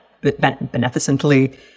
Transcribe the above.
beneficently